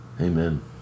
Amen